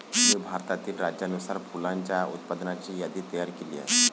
मी भारतातील राज्यानुसार फुलांच्या उत्पादनाची यादी तयार केली आहे